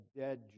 dead